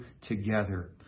together